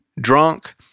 drunk